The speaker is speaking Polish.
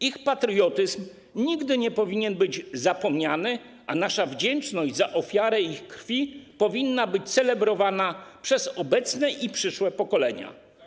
Ich patriotyzm nigdy nie powinien być zapomniany, a nasza wdzięczność za ofiarę ich krwi powinna być celebrowana przez obecne i przyszłe pokolenia.